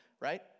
right